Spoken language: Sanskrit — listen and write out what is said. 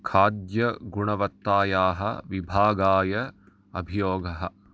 खाद्यगुणवत्तायाः विभागाय अभ्योगः